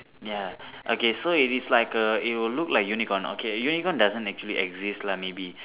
ya okay so if it's like a it will look like unicorn okay unicorn doesn't actually exist lah maybe